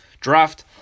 draft